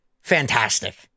fantastic